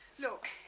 look,